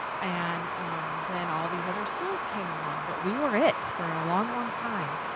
an then all these other schools came along. but we were it for a long, long time.